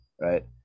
right